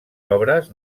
obres